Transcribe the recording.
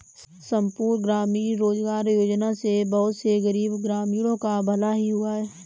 संपूर्ण ग्रामीण रोजगार योजना से बहुत से गरीब ग्रामीणों का भला भी हुआ है